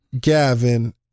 Gavin